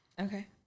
Okay